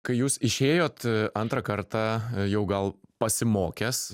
kai jūs išėjot antrą kartą jau gal pasimokęs